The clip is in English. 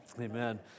Amen